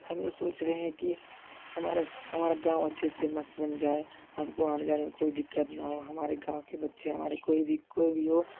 हमें सोच रहे हैं कि हमारा हमारा गाँव अच्छे से मस्त बन जाए हमको आने जाने में कोई दिक्कत ना हो हमारे गाँव के बच्चे हमारे कोई भी कोई भी हो